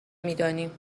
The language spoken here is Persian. میدانیم